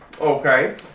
Okay